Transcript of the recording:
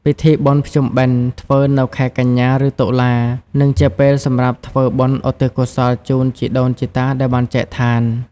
ពិធីបុណ្យភ្ជុំបិណ្ឌធ្វើនៅខែកញ្ញាឬតុលា និងជាពេលសម្រាប់ធ្វើបុណ្យឧទ្ទិសកុសលជូនជីដូនជីតាដែលបានចែកឋាន។